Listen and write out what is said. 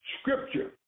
Scripture